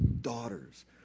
daughters